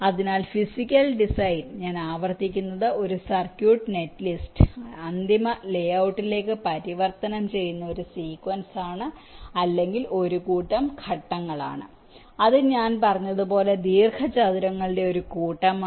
അതിനാൽ physical design ഞാൻ ആവർത്തിക്കുന്നത് ഒരു സർക്യൂട്ട് നെറ്റ്ലിസ്റ്റ് അന്തിമ ലേ ഔട്ടിലേക്ക് പരിവർത്തനം ചെയ്യുന്ന ഒരു സീക്വെൻസാണ് അല്ലെങ്കിൽ ഒരു കൂട്ടം ഘട്ടങ്ങളാണ് അത് ഞാൻ പറഞ്ഞതുപോലെ ദീർഘചതുരങ്ങളുടെ കൂട്ടമാണ്